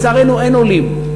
לצערנו הרב, אין עולים.